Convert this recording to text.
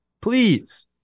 please